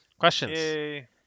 Questions